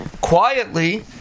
quietly